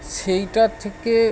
সেইটার থেকে